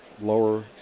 Lower